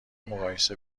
مقایسه